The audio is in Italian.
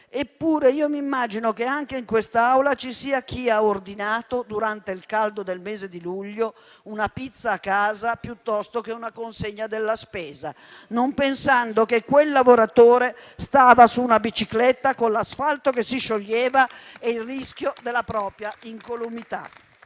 Eppure immagino che, anche in quest'Aula, ci sia chi ha ordinato, durante il caldo del mese di luglio, una pizza a casa o una consegna della spesa, non pensando che quel lavoratore stava su una bicicletta, con l'asfalto che si scioglieva e il rischio della propria incolumità